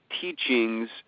teachings